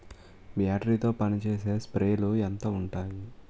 Battery తో పనిచేసే స్ప్రేలు ఎంత ఉంటాయి?